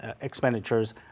expenditures